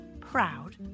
Proud